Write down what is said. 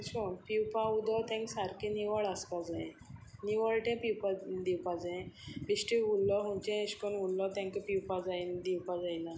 अशें करून पिवपाक उदक तांकां सारकें निवळ आसपाक जाय निवळ तें पिवपाक दिवपाक जाय बेश्टी उरलो खंयचें अशें करून उरलो तांकां पिवपाक जायना दिवपाक जायना